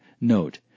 Note